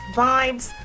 vibes